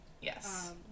Yes